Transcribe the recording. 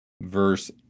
verse